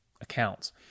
accounts